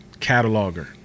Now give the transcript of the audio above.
cataloger